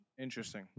Interesting